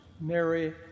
Mary